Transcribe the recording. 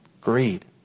Greed